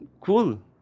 cool